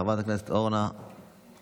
חברת הכנסת אורנה ברביבאי,